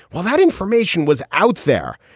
well, that information was out there.